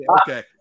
okay